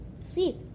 sleep